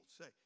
say